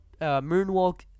Moonwalk